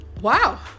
Wow